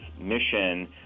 mission